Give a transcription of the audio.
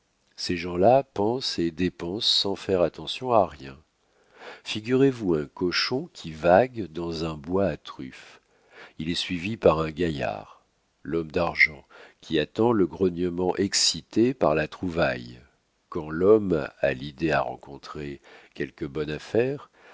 ces gens-là pensent et dépensent sans faire attention à rien figurez-vous un cochon qui vague dans un bois à truffes il est suivi par un gaillard l'homme d'argent qui attend le grognement excité par la trouvaille quand l'homme à idées a rencontré quelque bonne affaire